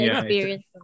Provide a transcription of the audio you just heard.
Experience